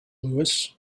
lewis